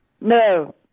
No